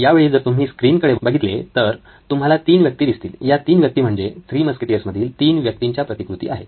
यावेळी जर तुम्ही स्क्रीन कडे बघितले तर तुम्हाला तीन व्यक्ती दिसतील या तीन व्यक्ती म्हणजे थ्री मस्केटिअर्स मधील तीन व्यक्तींच्या प्रतिकृती आहेत